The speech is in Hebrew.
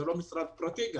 זה לא משרד פרטי.